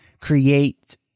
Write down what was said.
create